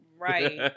right